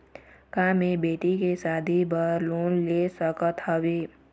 का मैं बेटी के शादी बर लोन ले सकत हावे?